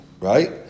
right